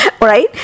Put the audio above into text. right